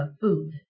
food